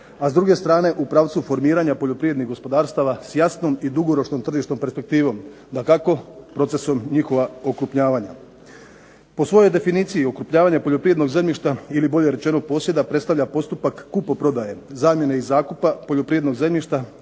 a s druge strane u pravcu formiranja poljoprivrednih gospodarstava s jasnom i dugoročnom tržišnom perspektivom, dakako procesom njihova okrupnjavanja. Po svojoj definiciji okrupnjavanja poljoprivrednog zemljišta ili bolje rečeno posjeda predstavlja postupak kupoprodaje, zamjene i zakupa poljoprivrednog zemljišta